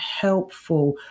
helpful